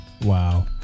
Wow